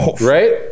Right